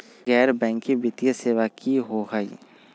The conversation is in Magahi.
गैर बैकिंग वित्तीय सेवा की होअ हई?